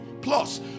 plus